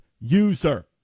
user